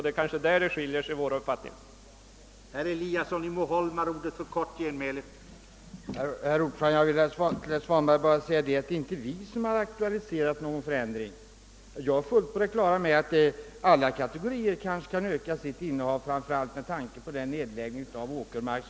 Det är kanske där våra uppfattningar skiljer sig.